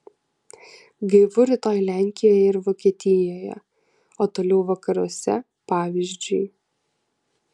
gaivu rytoj lenkijoje ir vokietijoje o toliau vakaruose pavyzdžiui